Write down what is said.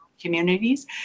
communities